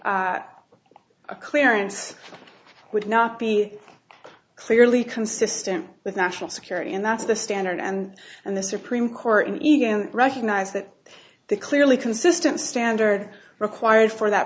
keeping a clearance would not be clearly consistent with national security and that's the standard and and the supreme court and recognize that the clearly consistent standard required for that